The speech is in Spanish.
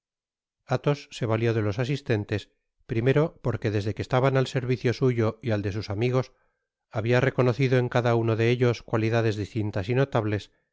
athos se valió de los asistentes primero porque desde que estaban al servicio suyo y al de sus amigos habia reconocido en cada uno de ellos cualidades distintas y notables